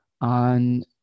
on